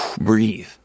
breathe